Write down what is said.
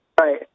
Right